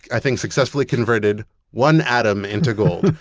i think, successfully converted one atom into gold,